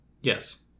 yes